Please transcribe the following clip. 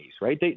right